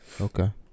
okay